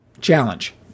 challenge